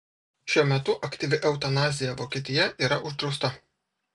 šiuo metu aktyvi eutanazija vokietija yra uždrausta